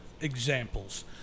examples